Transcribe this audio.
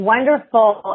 Wonderful